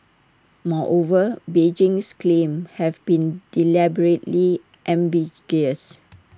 moreover Beijing's claims have been deliberately ambiguous